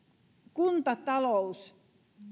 kuntatalous